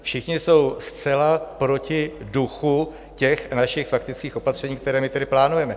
Všichni jsou zcela proti duchu těch našich faktických opatření, která my tady plánujeme.